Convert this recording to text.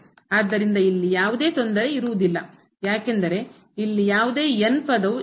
ಆದ್ದರಿಂದ ಇಲ್ಲಿ ಯಾವುದೇ ತೊಂದರೆ ಇರುವುದಿಲ್ಲ ಯಾಕೆಂದರೆ ಇಲ್ಲಿ ಯಾವುದೇ ಪದವು ಇರುವುದಿಲ್ಲ